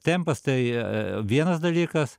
tempas tai vienas dalykas